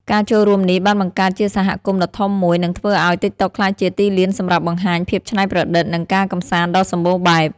ការចូលរួមនេះបានបង្កើតជាសហគមន៍ដ៏ធំមួយ និងធ្វើឱ្យ ទីកតុក ក្លាយជាទីលានសម្រាប់បង្ហាញភាពច្នៃប្រឌិត និងការកម្សាន្តដ៏សម្បូរបែប។